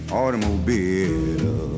automobile